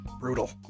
Brutal